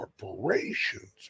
corporations